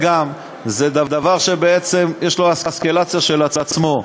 זה דבר שיש לו אסקלציה בפני עצמה.